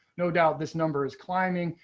no doubt, this number is climbing,